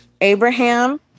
Abraham